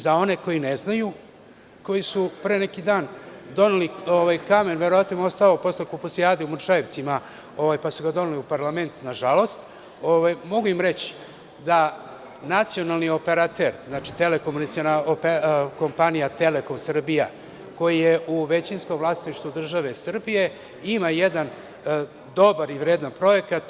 Za one koji ne znaju koji su pre neki dan doneli ovaj kamen, verovatno im je ostao posle „Kupusijade“ u Mrčajevcima, pa su ga doneli u parlament, nažalost mogu im reći da nacionalni operater, znači, Telekom Srbija koji je u većinskom vlasništvu države Srbije ima jedan dobar i vredan projekat.